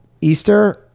Easter